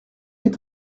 est